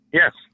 yes